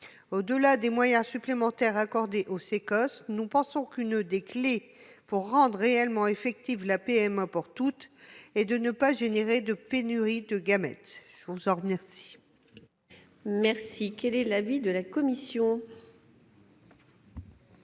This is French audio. Au-delà des moyens supplémentaires à accorder aux Cécos, nous pensons qu'une des clés pour rendre réellement effective la PMA pour toutes est d'éviter la pénurie de gamètes. Quel est